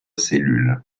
cellules